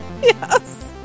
yes